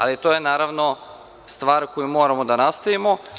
Ali, to je naravno, stvar koju moramo da nastavimo.